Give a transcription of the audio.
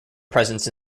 presence